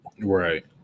Right